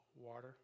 water